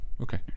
Okay